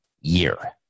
year